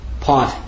point